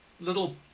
little